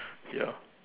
ya